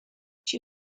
two